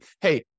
hey